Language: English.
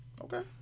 Okay